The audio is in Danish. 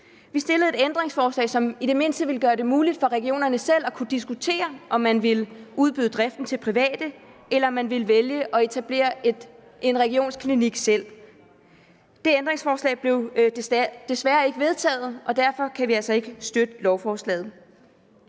Vi stillede et ændringsforslag, som i det mindste ville gøre det muligt for regionerne selv at kunne diskutere, om de ville udbyde driften til private, eller om de ville vælge at etablere en regionsklinik selv. Det ændringsforslag blev desværre ikke vedtaget, og derfor kan vi altså ikke støtte lovforslaget.